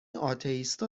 آتئیستا